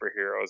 superheroes